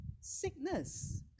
sickness